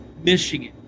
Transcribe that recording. Michigan